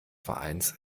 vereins